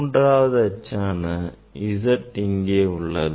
மூன்றாவது அச்சான z இங்கே உள்ளது